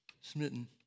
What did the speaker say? smitten